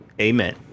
Amen